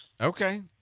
Okay